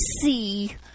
see